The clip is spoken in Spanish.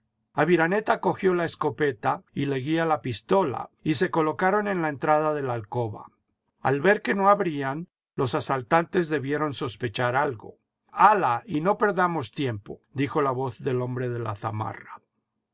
aviraneta cogió la escopeta y leguía la pistola y se colocaron en la entrada de la alcoba al ver que no abrían los asaltantes debieron sospechar algo hala y no perdamos tiempo dijo la voz del hombre de la zamarra